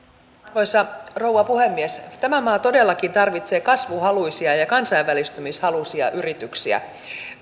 arvoisa rouva puhemies tämä maa todellakin tarvitsee kasvuhaluisia ja kansainvälistymishaluisia yrityksiä